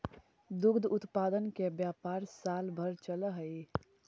दुग्ध उत्पादन के व्यापार साल भर चलऽ हई